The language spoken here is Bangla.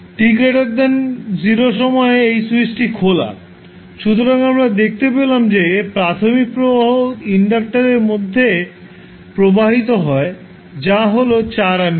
t0 সময়ে এই স্যুইচটি খোলা সুতরাং আমরা দেখতে পেলাম যে প্রাথমিক প্রবাহ ইন্ডাক্টরের মধ্যে প্রবাহিত হয় তা হল 4 এমপিয়ার